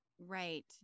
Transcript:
Right